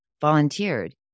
volunteered